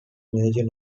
major